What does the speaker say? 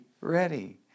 ready